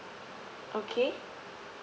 okay